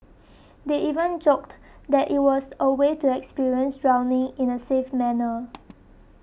they even joked that it was a way to experience drowning in a safe manner